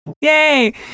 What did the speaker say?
Yay